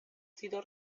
sido